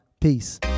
Peace